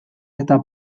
eta